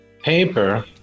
paper